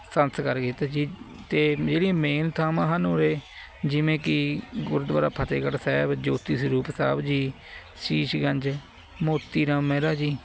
ਸੰਸਕਾਰ ਕੀਤਾ ਜੀ ਅਤੇ ਜਿਹੜੀਆ ਮੇਨ ਥਾਵਾਂ ਹਨ ਉਰੇ ਜਿਵੇਂ ਕੀ ਗੁਰਦੁਆਰਾ ਫਤਿਹਗੜ੍ਹ ਸਾਹਿਬ ਜੋਤੀ ਸਰੂਪ ਸਾਹਿਬ ਜੀ ਸ਼ੀਸ਼ ਗੰਜ ਮੋਤੀ ਰਾਮ ਮਹਿਰਾ ਜੀ